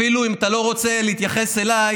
אפילו אם אתה לא רוצה להתייחס אליי,